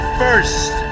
first